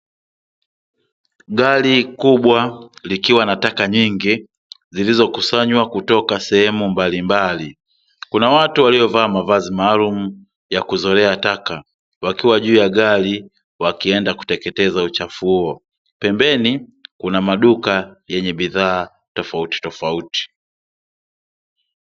Gari kubwa likiwa na taka nyingi zilizokusanywa kutoka sehemu mbalimbali, kuna watu waliovaa mavazi maalumu ya kuzolea taka, wakiwa juu ya gari wakienda kuteketeza uchafu huo, pembeni kuna maduka yenye bidhaa tofauti tofauti.